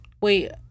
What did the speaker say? Wait